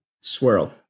swirl